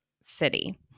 city